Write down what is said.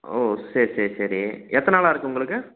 ஓ சரி சரி சரி எத்தனை நாளாக இருக்குது உங்களுக்கு